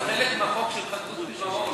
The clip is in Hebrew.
זה חלק מהחוק של חדלות פירעון